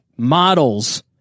models